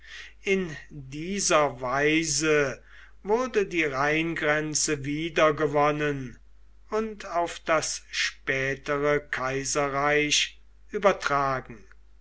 in dieser weise wurde die rheingrenze wieder gewonnen und auf das spätere kaiserreich übertragen